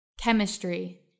Chemistry